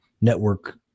network